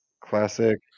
classic